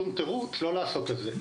ואין שום תירוץ לא לעשות את זה.